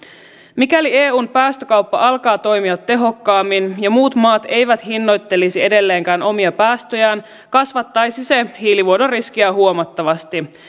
mikäli eun päästökauppa alkaa toimia tehokkaammin ja muut maat eivät hinnoittelisi edelleenkään omia päästöjään kasvattaisi se hiilivuodon riskiä huomattavasti